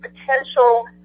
potential